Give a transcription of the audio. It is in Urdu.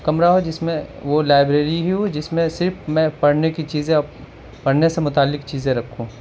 کمرہ جس میں وہ لائبریری ہی ہو جس میں صرف میں پڑھنے کی چیزیں پڑھنے سے متعلق چیزیں رکھوں